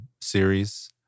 series